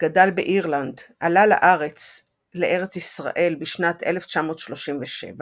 גדל באירלנד, עלה לארץ ישראל בשנת 1937,